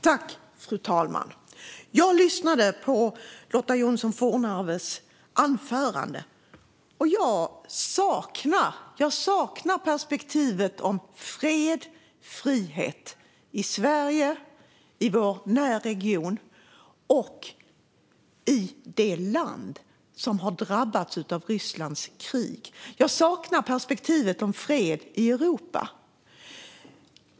Fru talman! Jag lyssnade på Lotta Johnsson Fornarves anförande. Jag saknade perspektivet om fred och frihet i Sverige, i vår närregion och i det land som har drabbats av Rysslands krig. Jag saknade perspektivet om fred i Europa.